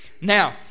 Now